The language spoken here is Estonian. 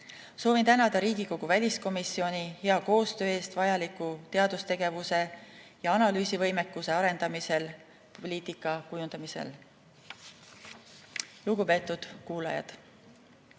Soovin tänada Riigikogu väliskomisjoni hea koostöö eest vajaliku teadustegevuse ja analüüsivõimekuse arendamisel poliitika kujundamisel. Lugupeetud kuulajad!